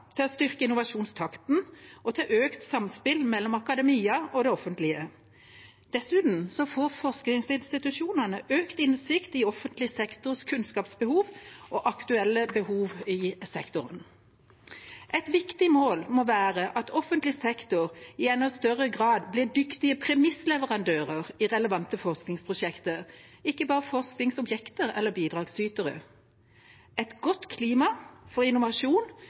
til å styrke innovasjonstakten og til økt samspill mellom akademia og det offentlige. Dessuten får forskningsinstitusjonene økt innsikt i offentlig sektors kunnskapsbehov og aktuelle behov i sektoren. Et viktig mål må være at offentlig sektor i enda større grad blir dyktige premissleverandører i relevante forskningsprosjekter, ikke bare forskningsobjekter eller bidragsytere. Et godt klima for innovasjon